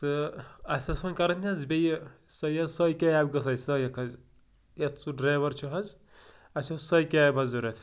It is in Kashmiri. تہٕ اَسہِ ٲس ونۍ کَرنۍ حظ بیٚیہِ سۄے حظ سۄے کیب گٔژھ اَسہِ سۄے اکھ حظ یَتھ سُہ ڈرایوَر چھُ حظ اَسہِ اوس سۄے کیب حظ ضوٚرَتھ